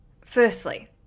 Firstly